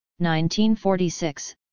1946